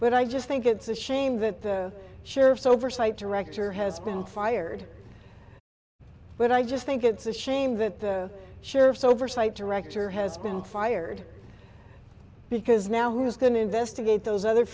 but i just think it's a shame that the sheriff's oversight director has been fired but i just think it's a shame that the sheriff's oversight director has been fired because now who's going to investigate those other